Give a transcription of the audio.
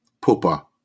papa